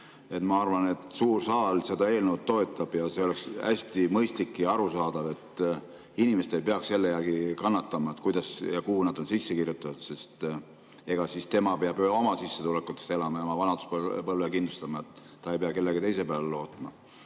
Ma arvan, et suur saal seda eelnõu toetab, ja see oleks hästi mõistlik ja arusaadav, et inimesed ei peaks selle pärast kannatama, kuidas ja kuhu nad on sisse kirjutatud. Tema peab oma sissetulekutest elama ja oma vanaduspõlve kindlustama, ta ei pea kellegi teise peale lootma.